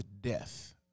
death